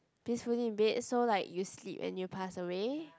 peacefully in bed so like you sleep and you passed away